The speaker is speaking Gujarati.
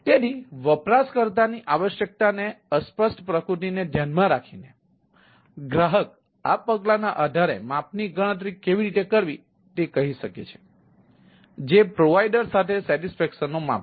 તેથી વપરાશકર્તાની આવશ્યકતાની અસ્પષ્ટ પ્રકૃતિને ધ્યાનમાં રાખીને ગ્રાહક આ પગલાના આધારે માપની ગણતરી કેવી રીતે કરવી તે કહી શકે છે જે પ્રોવાઇડર સાથે સૈટિસ્ફૈક્શનનું માપ છે